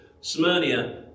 Smyrna